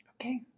Okay